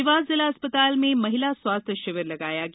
देवास जिला अस्पताल में महिला स्वास्थ्य शिविर का लगाया गया